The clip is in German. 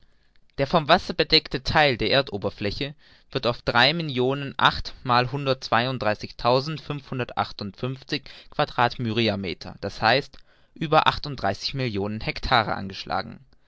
der vom wasser bedeckte theil der erdoberfläche wird auf drei millionen acht mal hundertzweiunddreißigtausendfünfhundertacht undfünfzig quadrat myriameter d h über achtunddreißig millionen hektaren angeschlagen